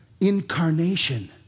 incarnation